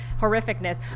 horrificness